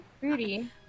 rudy